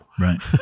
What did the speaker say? Right